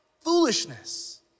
foolishness